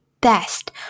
best